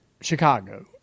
Chicago